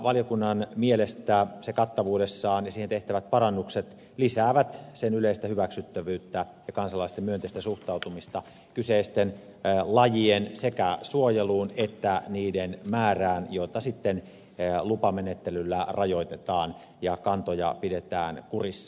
valiokunnan mielestä se kattavuudessaan ja siihen tehtävät parannukset lisäävät lain yleistä hyväksyttävyyttä ja kansalaisten myönteistä suhtautumista sekä kyseisten lajien suojeluun että niiden määrään jota sitten lupamenettelyllä rajoitetaan pitäen kantoja kurissa